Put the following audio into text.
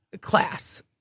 class